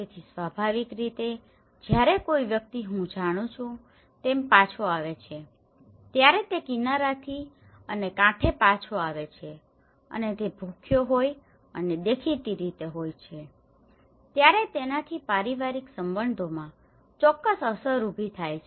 તેથી સ્વાભાવિક રીતે જ્યારે કોઈ વ્યક્તિ હું જાણું છું તેમ પાછો આવે છે ત્યારે તે કિનારાથી અને કાંઠે પાછો આવે છે અને તે ભૂખ્યો હોય અને દેખીતી રીતે હોય છે ત્યારે તેનાથી પારિવારિક સંબંધોમાં ચોક્કસ અસર ઊભી થઈ છે